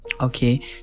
okay